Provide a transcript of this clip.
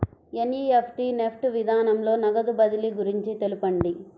NEFT NEFT విధానంలో నగదు బదిలీ గురించి తెలుపండి?